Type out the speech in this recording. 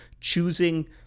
choosing